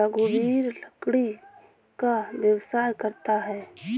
रघुवीर लकड़ी का व्यवसाय करता है